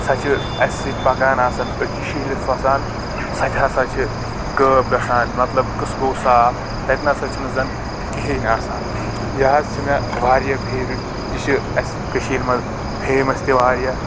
سۄ چھ اَسہِ سۭتۍ پکان آسان أسۍ چھ شہلِس وَسان سۄ تہِ ہسا چھ غأب گژھان مطلب قٔصہٕ گو صاف تَتہِ نہٕ سا چھنہٕ زن کہیٖنۍ آسان یہِ حظ چھ مےٚ واریاہ فیورِٹ یہِ چھ اَسہِ کٔشیٖرِ منٛز فیمس تہِ واریاہ